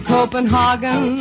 Copenhagen